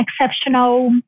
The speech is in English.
exceptional